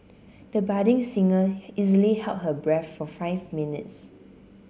the budding singer easily held her breath for five minutes